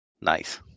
Nice